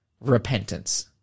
repentance